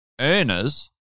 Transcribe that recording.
earners